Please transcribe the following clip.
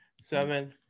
Seven